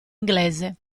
inglese